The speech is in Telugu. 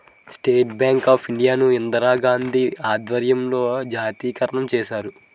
స్టేట్ బ్యాంక్ ఆఫ్ ఇండియా ను ఇందిరాగాంధీ ఆధ్వర్యంలో జాతీయకరణ చేశారు